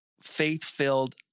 faith-filled